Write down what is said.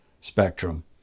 spectrum